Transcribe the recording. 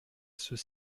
ceux